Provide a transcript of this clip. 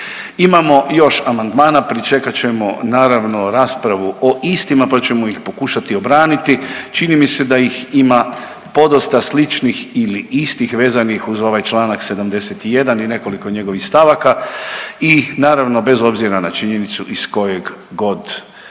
Imamo još amandmana pričekat ćemo naravno raspravu o istima pa ćemo ih pokušati obraniti, čini mi se da ih ima podosta sličnih ili istih vezanih uz ovaj čl. 71. i nekoliko njegovih stavaka i naravno bez obzira na činjenicu iz kojegod